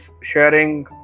sharing